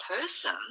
person